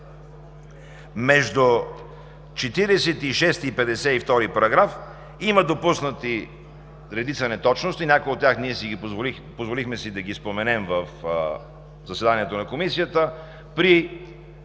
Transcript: между 46 и 52 параграф има допуснати редица неточности. Някои от тях си позволихме да ги споменем в заседанието на Комисията. При